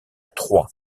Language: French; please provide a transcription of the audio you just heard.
troyes